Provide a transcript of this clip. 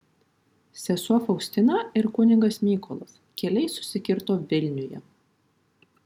sesuo faustina ir kunigas mykolas keliai susikirto vilniuje